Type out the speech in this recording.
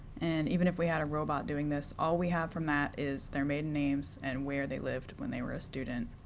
and even if we had a robot doing this, all we have from that is their maiden names and where they lived when they were a student.